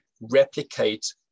replicate